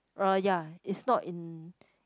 uh ya it's not in